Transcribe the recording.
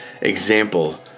example